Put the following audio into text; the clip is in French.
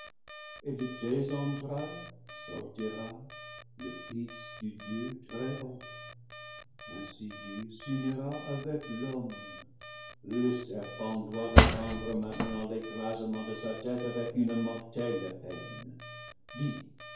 et de tes entrail les sortira le fils du dieu très-haut ainsi dieu s'unira avec l'homme le serpent doit attendre maintenant l'écrasement de sa tête avec une mortelle peine dis